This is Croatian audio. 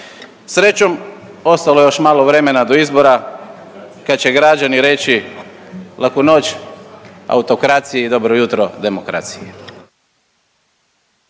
Srećom ostalo je još malo vremena do izbora kad će građani reći laku noć autokraciji i dobro jutro demokraciji.